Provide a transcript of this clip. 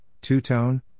Two-Tone